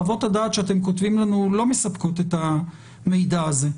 חוות הדעת שאתם כותבים לנו לא מספקות את המידע הזה,